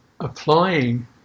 applying